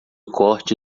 corte